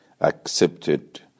accepted